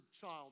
child